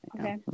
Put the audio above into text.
Okay